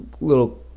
little